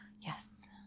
yes